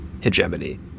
hegemony